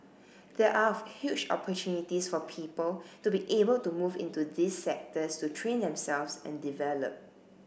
there are huge opportunities for people to be able to move into these sectors to train themselves and develop